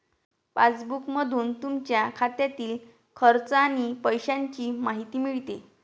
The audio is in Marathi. पासबुकमधून तुमच्या खात्यातील खर्च आणि पैशांची माहिती मिळते